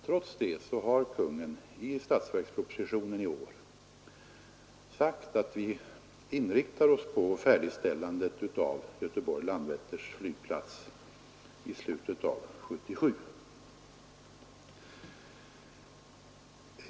Trots detta har Kungl. Maj:t i statsverkspropositionen i år sagt att vi inriktar oss på färdigställandet av Göteborg-Landvetters flygplats i slutet av 1977.